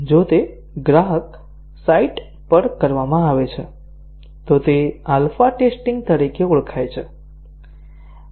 જો તે ગ્રાહક સાઇટ પર કરવામાં આવે છે તો તે આલ્ફા ટેસ્ટીંગ તરીકે ઓળખાય છે